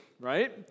right